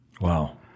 Wow